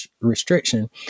restriction